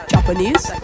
Japanese